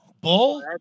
Bull